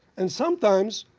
and sometimes,